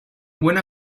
buena